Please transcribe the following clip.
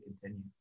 continue